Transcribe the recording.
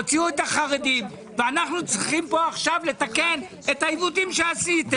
הוציאו את החרדים ואנחנו צריכים כאן עכשיו לתקן את העיוותים שעשיתם.